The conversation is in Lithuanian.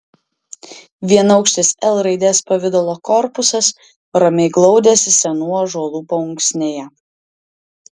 vienaukštis l raidės pavidalo korpusas ramiai glaudėsi senų ąžuolų paunksnėje